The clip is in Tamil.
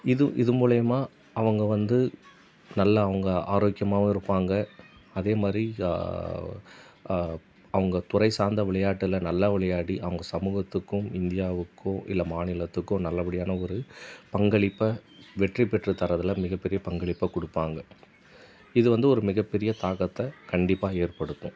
இது இது மூலயமா அவங்க வந்து நல்ல அவங்க ஆரோக்கியமாகவும் இருப்பாங்க அதே மாதிரி அவங்க துறை சார்ந்த விளையாட்டில் நல்லா விளையாடி அவங்க சமூகத்துக்கும் இந்தியாவுக்கோ இல்ல மாநிலத்துக்கோ நல்லபடியான ஒரு பங்களிப்பை வெற்றி பெற்று தரதில் மிக பெரிய பங்களிப்பை கொடுப்பாங்க இது வந்து ஒரு மிகப் பெரிய தாக்கத்தை கண்டிப்பாக ஏற்படுத்தும்